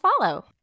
follow